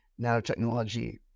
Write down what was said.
nanotechnology